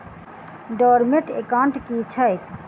Dormant account की छैक?